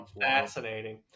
fascinating